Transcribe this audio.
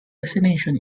destination